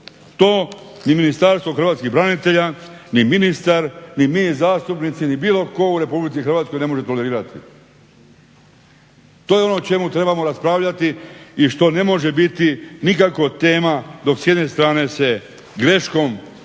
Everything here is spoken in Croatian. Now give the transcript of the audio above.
To ni Ministarstvo hrvatskih branitelja, ni ministar, ni mi zastupnici, ni bilo tko u RH ne može tolerirati. To je ono o čemu trebamo raspravljati i što ne može biti nikako tema dok s jedne strane se greškom SDP-ove